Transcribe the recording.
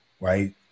right